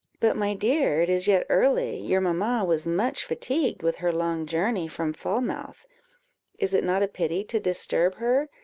but, my dear, it is yet early your mamma was much fatigued with her long journey from falmouth is it not a pity to disturb her,